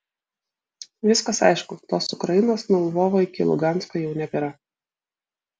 viskas aišku tos ukrainos nuo lvovo iki lugansko jau nebėra